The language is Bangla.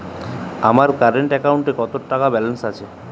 আমার কারেন্ট অ্যাকাউন্টে কত টাকা ব্যালেন্স আছে?